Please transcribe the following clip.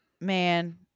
man